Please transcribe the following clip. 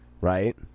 right